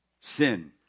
sin